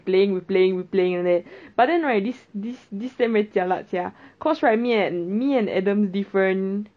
playing replaying replaying like that but then right this this this sem very jialat sia cause right me and me and adam different